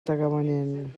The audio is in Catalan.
tagamanent